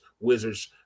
wizards